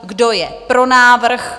Kdo je pro návrh?